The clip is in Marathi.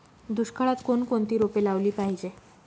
दुष्काळात कोणकोणती रोपे लावली पाहिजे?